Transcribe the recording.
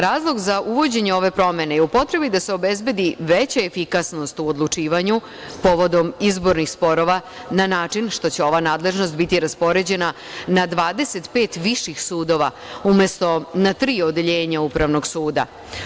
Razlog za uvođenje ove promene je u potrebi da se obezbedi veća efikasnost u odlučivanju povodom izbornih sporova na način što će ova nadležnost biti raspoređena na 25 viših sudova umesto na tri odeljenja Upravnog suda.